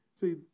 See